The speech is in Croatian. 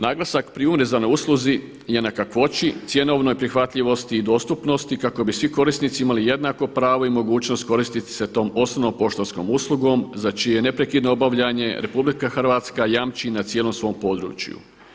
Naglasak pri univerzalnoj usluzi je na kakvoći, cjenovnoj prihvatljivosti i dostupnosti kako bi svi korisnici imali jednako pravo i mogućnost koristiti se tom osnovnom poštanskom uslugom za čije neprekidno obavljanje Republika Hrvatska jamči na cijelom svom području.